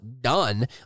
Done